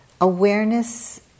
Awareness